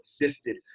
existed